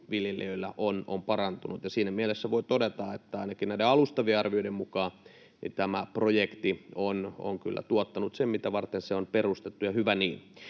viljelijöillä on parantunut. Siinä mielessä voi todeta, että ainakin näiden alustavien arvioiden mukaan tämä projekti on kyllä tuottanut sen, mitä varten se on perustettu, ja hyvä niin.